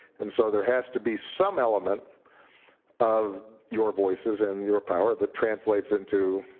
and so there has to be some element of your voices and your power that translates into